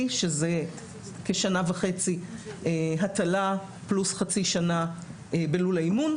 שזה כשנה וחצי הטלה פלוס חצי שנה בלול האימון.